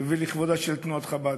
ולכבודה של תנועת חב"ד.